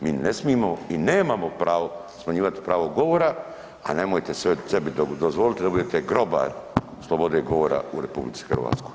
Mi ne smimo i nemamo pravo smanjivati pravo govora, a nemojte sebi dozvoliti da budete grobar slobode govora u RH.